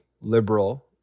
liberal